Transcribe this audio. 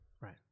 Right